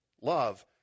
Love